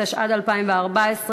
התשע"ד 2014,